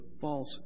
false